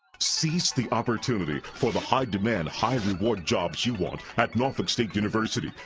seize the opportunity for the high demand, high reward jobs you want at norfolk state university.